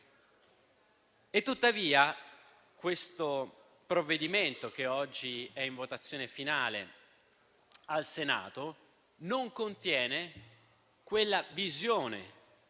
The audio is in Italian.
Tuttavia questo provvedimento, che oggi è in fase di votazione finale al Senato, non contiene quella visione